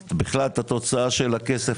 אני מסתכלת על הצעת החוק הזאת כהצלת